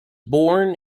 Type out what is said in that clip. born